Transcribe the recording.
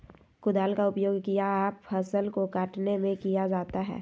कुदाल का उपयोग किया फसल को कटने में किया जाता हैं?